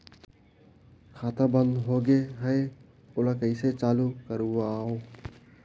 खाता बन्द होगे है ओला कइसे चालू करवाओ?